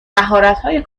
مهارتهای